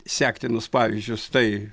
sektinus pavyzdžius tai